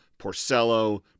Porcello